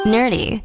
Nerdy